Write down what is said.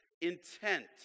intent